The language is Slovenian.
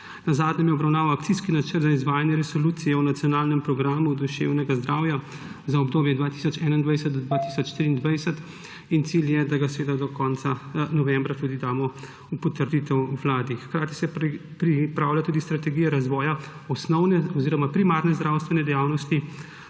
Nazadnje je obravnaval akcijski načrt za izvajanje resolucije o nacionalnem programu duševnega zdravja za obdobje 2021–2023. Cilj je, da ga do konca novembra tudi damo v potrditev Vladi. Hkrati se pripravlja tudi strategija razvoja osnovne oziroma primarne zdravstvene dejavnosti